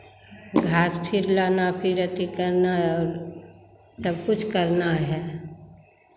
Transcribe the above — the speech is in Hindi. घास फिर लाना फिर अथी करना और सब कुछ करना है